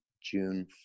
June